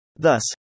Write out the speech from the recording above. Thus